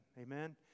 Amen